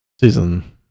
Season